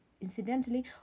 incidentally